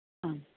ആ